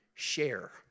share